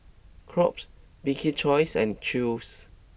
Crocs Bibik's Choice and Chew's